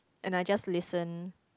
and I just listen